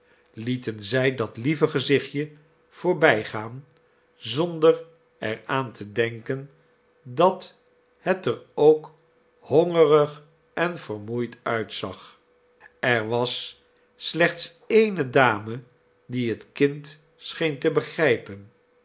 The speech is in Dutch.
lieten zij dat lieve gezichtje voor bij gaan zonder er aan te denken dat het er ook hongerig en vermoeid uitzag er was slechts eene dame die het kind scheen te begrijpen